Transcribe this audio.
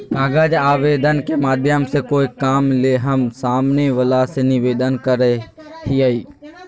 कागज आवेदन के माध्यम से कोय काम ले हम सामने वला से निवेदन करय हियय